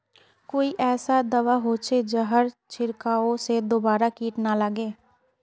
कोई ऐसा दवा होचे जहार छीरकाओ से दोबारा किट ना लगे?